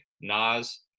Nas